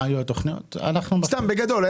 סתם, בגדול.